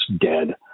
dead